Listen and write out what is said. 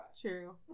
true